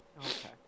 Okay